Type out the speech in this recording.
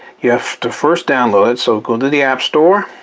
you have to first download it so go to the app store,